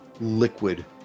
liquid